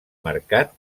marcat